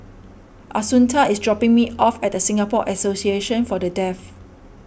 Assunta is dropping me off at the Singapore Association for the Deaf